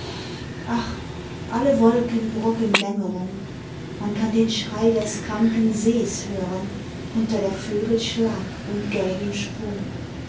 alle wolken brocken dämmerung man kann den schrei des kranken sees hören unter der vögel schlag und gelbem sprung